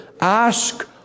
Ask